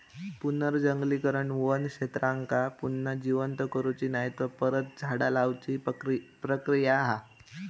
पुनर्जंगलीकरण वन क्षेत्रांका पुन्हा जिवंत करुची नायतर परत झाडा लाऊची प्रक्रिया हा